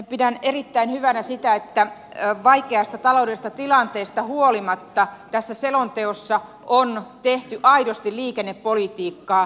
pidän erittäin hyvänä sitä että vaikeasta taloudellisesta tilanteesta huolimatta tässä selonteossa on tehty aidosti liikennepolitiikkaa